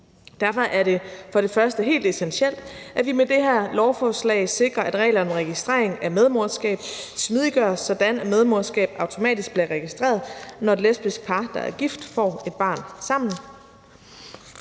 Derfor er det for det første helt essentielt, at vi med det her lovforslag sikrer, at reglerne om registrering af medmoderskab smidiggøres, sådan at medmoderskab automatisk bliver registreret, når et lesbisk par, der er gift, får et barn sammen.